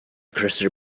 cursor